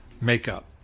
makeup